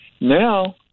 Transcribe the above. Now